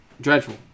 dreadful